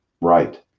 Right